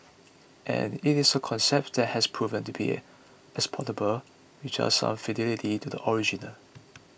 and it is a concept that has proven to be exportable with just some fidelity to the original